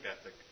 ethic